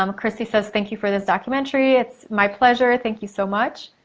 um chrissy says thank you for this documentary. it's my pleasure, thank you so much.